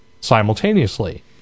simultaneously